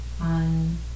on